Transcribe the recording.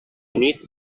nit